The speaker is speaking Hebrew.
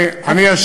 אני אשיב,